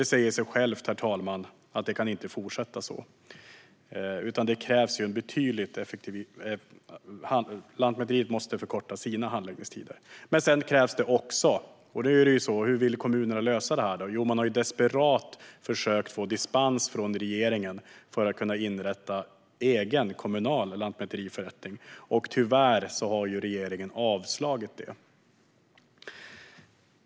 Det säger sig självt att det inte kan fortsätta på det sättet. Lantmäteriet måste förkorta sina handläggningstider. Men det krävs också andra lösningar. Hur vill då kommunerna lösa det här? Jo, man har desperat försökt få dispens från regeringen för att inrätta egen, kommunal lantmäteriförrättning. Tyvärr har regeringen avslagit.